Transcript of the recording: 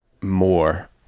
more